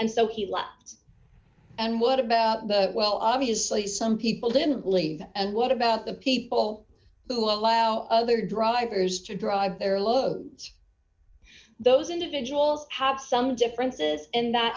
and so he lets and what about the well obviously some people don't believe and what about the people who allow other drivers to drive their load those individuals have some differences in that